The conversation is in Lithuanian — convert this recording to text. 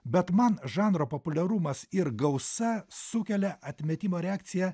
bet man žanro populiarumas ir gausa sukelia atmetimo reakciją